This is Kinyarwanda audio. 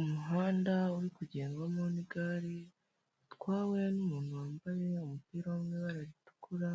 Umuhanda uri kugendwamo n'igare ritwawe n'umuntu wambaye umupira wibara ritukura